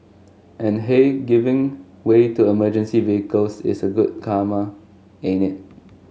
and hey giving way to emergency vehicles is a good karma ain't it